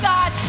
God